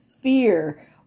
fear